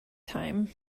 time